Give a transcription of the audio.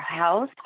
house